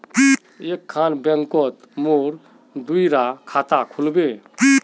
एक खान बैंकोत मोर दुई डा खाता खुल बे?